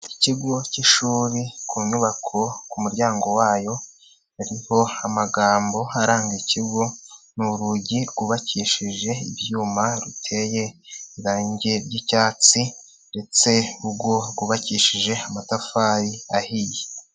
Ikigo cy'ishuri ku nyubako ku muryango wayo, hariho amagambo aranga ikigo ni urugi rwubakishije ibyuma ruteye irangi ry'icyatsi, ndetse urugo rwubakishije amatafari ahiye.